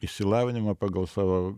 išsilavinimą pagal savo